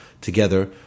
together